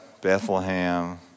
Bethlehem